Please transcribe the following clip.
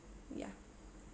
yeah